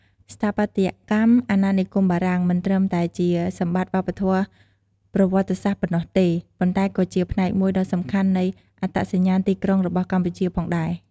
ស្ថាបត្យកម្មអាណានិគមបារាំងមិនត្រឹមតែជាសម្បត្តិវប្បធម៌ប្រវត្តិសាស្ត្រប៉ុណ្ណោះទេ ប៉ុន្តែក៏ជាផ្នែកមួយដ៏សំខាន់នៃអត្តសញ្ញាណទីក្រុងរបស់កម្ពុជាផងដែរ។